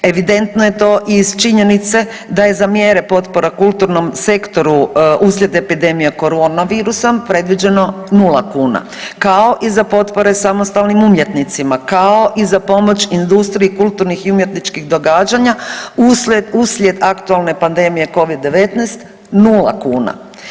Evidentno je to i iz činjenice da je za mjere potpora kulturnom sektoru uslijed epidemije korona virusom predviđeno 0kn, kao i za potpore samostalnim umjetnicima, kao i za pomoć industriji kulturnih i umjetničkih događanja uslijed aktualne pandemije Covid 19, 0kn.